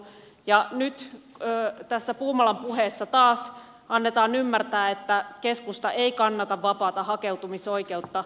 ja nyt tässä puumalan puheessa taas annetaan ymmärtää että keskusta ei kannata vapaata hakeutumisoikeutta